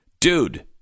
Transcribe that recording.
dude